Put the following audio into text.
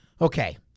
Okay